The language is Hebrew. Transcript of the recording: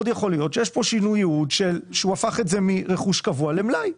מאוד יכול להיות שיש כאן שינוי יעוד שהוא הפך את זה מרכוש קבוע למלאי.